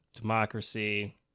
democracy